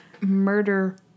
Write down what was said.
Murder